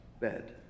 Bed